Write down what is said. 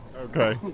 Okay